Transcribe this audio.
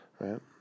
Right